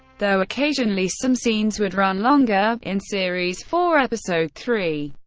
though occasionally some scenes would run longer in series four, episode three,